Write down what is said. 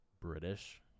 British